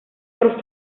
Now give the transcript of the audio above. por